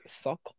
Suck